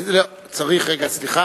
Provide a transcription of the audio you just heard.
סליחה,